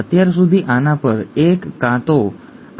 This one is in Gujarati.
અત્યાર સુધી આના પર 1 કાં તો આ અથવા આ હોઈ શકે છે